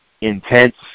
intense